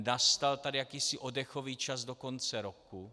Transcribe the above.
Nastal tady jakýsi oddechový čas do konce roku.